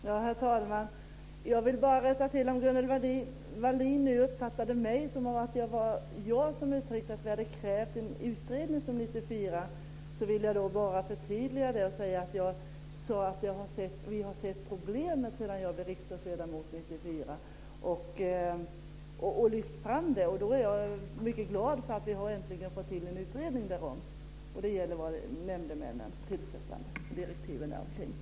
Herr talman! Jag vill bara rätta till en sak. Om Gunnel Wallin uppfattade mig som att det var jag som uttryckte att vi hade krävt en utredning sedan 1994 vill jag bara förtydliga mig och säga att jag sade att vi har sett problemet sedan jag blev riksdagsledamot 1994 och lyft fram det. Då är jag mycket glad för att vi äntligen har fått till en utredning därom. Det gäller direktiven kring tillsättandet av nämndemännen.